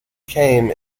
came